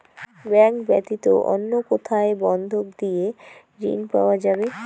Bank ব্যাতীত অন্য কোথায় বন্ধক দিয়ে ঋন পাওয়া যাবে?